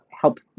help